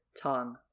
tongue